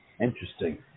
Interesting